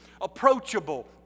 approachable